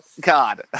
God